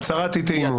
הצהרת אי תאימות.